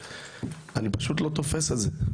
אני לא תופס את זה.